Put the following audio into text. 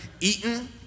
eaten